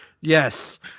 Yes